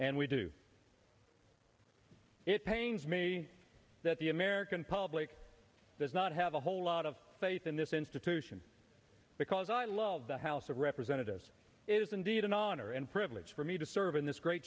and we do it pains me that the american public does not have a whole lot of faith in this institution because i love the house of representatives is indeed an honor and privilege for me to serve in this great